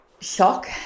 shock